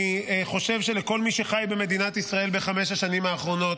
אני חושב שכל מי שחי במדינת ישראל בחמש השנים האחרונות,